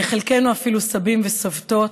וחלקנו אפילו סבים וסבתות.